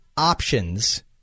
options